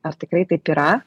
ar tikrai taip yra